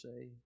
say